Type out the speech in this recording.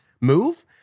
move